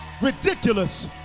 ridiculous